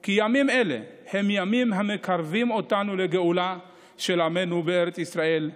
כי ימים אלה הם ימים המקרבים אותנו לגאולה של עמנו בארץ ישראל,